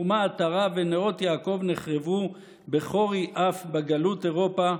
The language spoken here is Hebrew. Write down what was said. הורמה העטרה ונאות יעקב נחרבו בחורי אף בגלות אירופה,